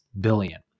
billion